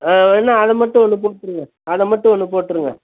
ஆ வேணா அதை மட்டும் ஒன்று கொடுத்துருங்க அதை மட்டும் ஒன்று போட்டுருங்க